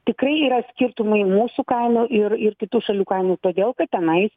tikrai yra skirtumai mūsų kainų ir ir kitų šalių kainų todėl kad tenai